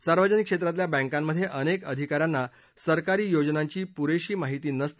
सार्वजनिक क्षेत्रातल्या बँकांमधे अनेक अधिका यांना सरकारी योजनांची पुरेशी माहिती नसते